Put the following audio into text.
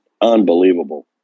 Unbelievable